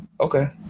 Okay